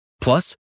Plus